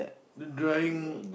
the drying